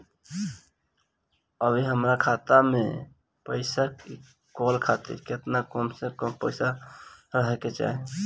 अभीहमरा खाता मे से पैसा इ कॉल खातिर केतना कम से कम पैसा रहे के चाही?